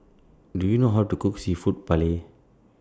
Do YOU know How to Cook Seafood Paella